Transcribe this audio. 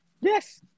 Yes